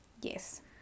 yes